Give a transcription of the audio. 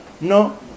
No